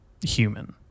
human